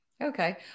Okay